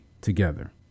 together